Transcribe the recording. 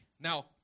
Now